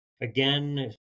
Again